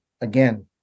again